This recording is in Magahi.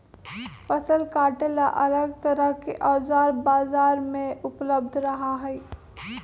फसल काटे ला अलग तरह के औजार बाजार में उपलब्ध रहा हई